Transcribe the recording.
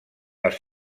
les